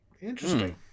interesting